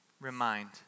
Remind